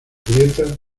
grietas